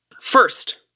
First